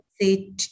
say